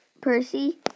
Percy